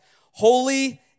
holy